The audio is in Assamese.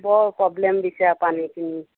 বৰ প্ৰব্লেম দিছে আৰু পানীখিনিয়ে